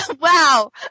Wow